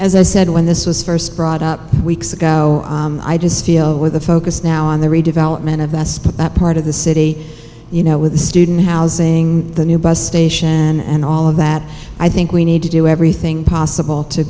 as i said when this was first brought up weeks ago i just feel with the focus now on the redevelopment of that spot that part of the city you know with the student housing the new bus station and all of that i think we need to do everything possible to